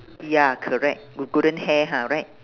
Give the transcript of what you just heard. ya correct with golden hair ha right